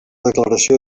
declaració